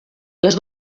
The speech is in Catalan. les